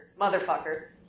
motherfucker